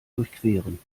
durchqueren